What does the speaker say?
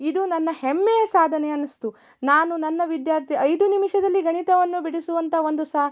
ಇದು ನನ್ನ ಹೆಮ್ಮೆಯ ಸಾಧನೆ ಅನ್ನಿಸ್ತು ನಾನು ನನ್ನ ವಿದ್ಯಾರ್ಥಿ ಐದು ನಿಮಿಷದಲ್ಲಿ ಗಣಿತವನ್ನು ಬಿಡಿಸುವಂಥ ಒಂದು ಸಾ